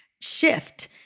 shift